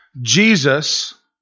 Jesus